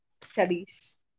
studies